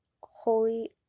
holy